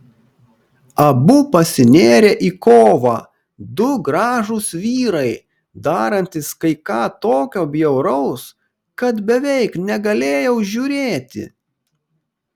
abu pasinėrė į kovą du gražūs vyrai darantys kai ką tokio bjauraus kad beveik negalėjau žiūrėti